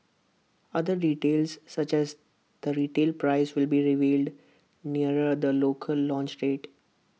other details such as the retail price will be revealed nearer the local launch date